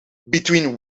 between